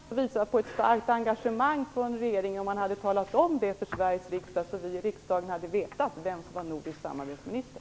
Fru talman! Det hade varit klädsamt och visat på ett starkt engagemang hos regeringen om man hade talat om det för Sveriges riksdag, så att vi i riksdagen hade vetat vem som var nordisk samarbetsminister.